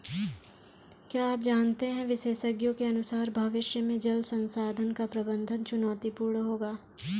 क्या आप जानते है विशेषज्ञों के अनुसार भविष्य में जल संसाधन का प्रबंधन चुनौतीपूर्ण होगा